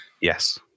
Yes